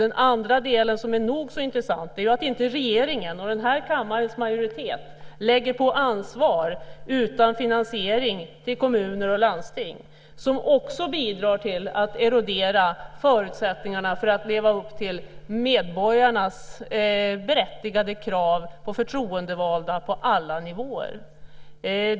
En annan del som är nog så intressant är att inte regeringen och den här kammarens majoritet lägger ansvar på kommuner och landsting utan finansiering, något som också bidrar till att erodera förutsättningarna för att leva upp till medborgarnas berättigade krav på förtroendevalda på alla nivåer.